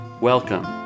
Welcome